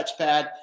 touchpad